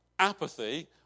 apathy